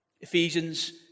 Ephesians